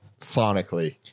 sonically